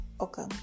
okay